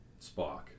Spock